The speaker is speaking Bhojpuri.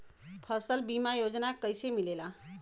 फसल बीमा योजना कैसे मिलेला?